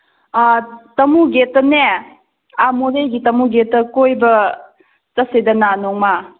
ꯑꯥ ꯇꯃꯨ ꯒꯦꯠꯇꯅꯦ ꯑꯥ ꯃꯣꯔꯦꯒꯤ ꯇꯃꯨ ꯒꯦꯠꯇ ꯀꯣꯏꯕ ꯆꯠꯁꯤꯗꯅ ꯅꯣꯡꯃ